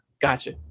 Gotcha